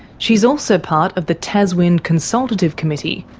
she's also part of the taswind consultative committee,